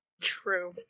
True